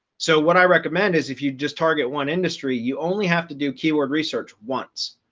so what i recommend is if you just target one industry, you only have to do keyword research once,